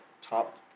top